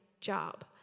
job